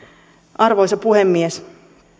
arvoisa puhemies